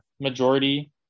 majority